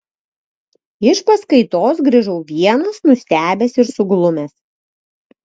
iš paskaitos grįžau vienas nustebęs ir suglumęs